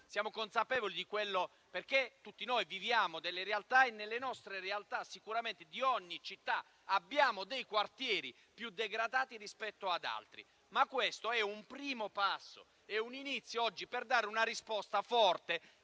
siamo consapevoli di questo, perché tutti noi viviamo delle realtà e nelle nostre realtà, in ogni città, sicuramente abbiamo quartieri più degradati rispetto ad altri. Ma questo è un primo passo, è un inizio per dare una risposta forte.